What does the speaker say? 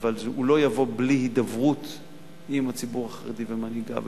אבל הוא לא יבוא בלי הידברות עם הציבור החרדי ומנהיגיו,